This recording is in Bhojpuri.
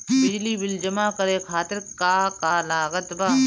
बिजली बिल जमा करे खातिर का का लागत बा?